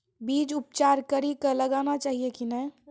बीज उपचार कड़ी कऽ लगाना चाहिए कि नैय?